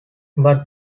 but